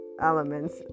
elements